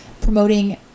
promoting